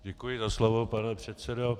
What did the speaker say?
Děkuji za slovo, pane předsedo.